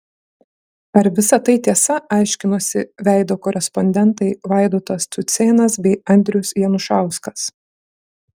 ar visa tai tiesa aiškinosi veido korespondentai vaidotas cucėnas bei andrius janušauskas